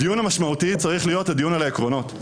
הדיון המשמעותי צריך להיות דיון על העקרונות.